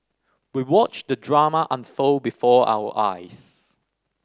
we watched the drama unfold before our eyes